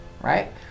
right